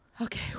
Okay